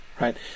right